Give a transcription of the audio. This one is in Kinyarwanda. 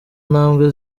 ntambwe